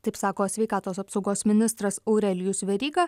taip sako sveikatos apsaugos ministras aurelijus veryga